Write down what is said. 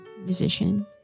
musician